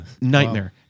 nightmare